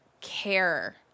care